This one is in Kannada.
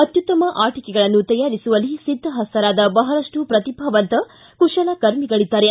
ಅತ್ಯುತ್ತಮ ಆಟಕೆಗಳನ್ನು ತಯಾರಿಸುವಲ್ಲಿ ಸಿದ್ಧಹಸ್ತರಾದ ಬಹಳಷ್ಟು ಪ್ರತಿಭಾವಂತ ಕುಶಲಕರ್ಮಿಗಳಿದ್ದಾರೆ